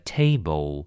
table